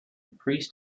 priest